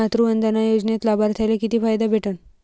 मातृवंदना योजनेत लाभार्थ्याले किती फायदा भेटन?